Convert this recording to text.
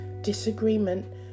disagreement